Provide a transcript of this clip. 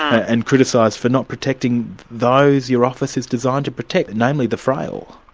and criticised for not protecting those your office is designed to protect, namely the frail.